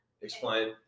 Explain